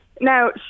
Now